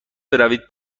بروید